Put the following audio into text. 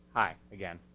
hi, again.